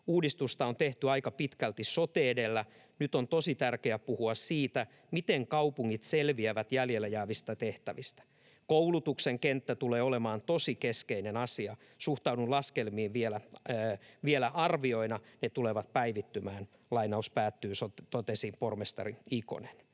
Uudistusta on tehty aika pitkälti sote edellä. Nyt on tosi tärkeä puhua siitä, miten kaupungit selviävät jäljelle jäävistä tehtävistä. Koulutuksen kenttä tulee olemaan tosi keskeinen asia. Suhtaudun laskelmiin vielä arvioina, ne tulevat päivittymään”, totesi pormestari Ikonen.